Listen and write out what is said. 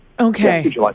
Okay